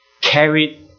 carried